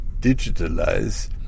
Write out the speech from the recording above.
digitalize